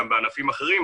גם בענפים אחרים,